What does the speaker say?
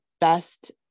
best